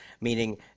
meaning